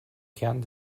kern